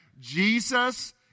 Jesus